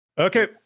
Okay